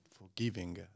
forgiving